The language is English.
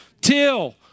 Till